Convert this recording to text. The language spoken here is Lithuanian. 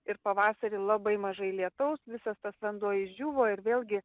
ir pavasarį labai mažai lietaus visas tas vanduo išdžiūvo ir vėlgi